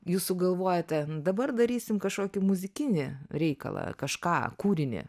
jūs sugalvojote dabar darysim kažkokį muzikinį reikalą kažką kūrinį